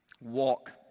Walk